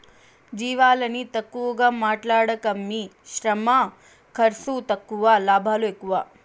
జీవాలని తక్కువగా మాట్లాడకమ్మీ శ్రమ ఖర్సు తక్కువ లాభాలు ఎక్కువ